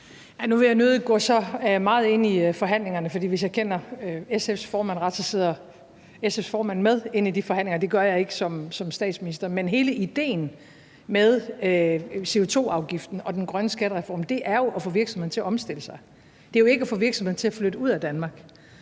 Nu vil jeg nødig gå så meget ind i forhandlingerne, for hvis jeg kender SF's formand ret, så sidder SF's formand med inde i de forhandlinger, og det gør jeg ikke som statsminister. Men hele idéen med CO2-afgiften og den grønne skattereform er jo at få virksomhederne til at omstille sig. Det er jo ikke at få virksomhederne til at flytte ud af Danmark.